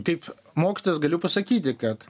kaip mokytojas galiu pasakyti kad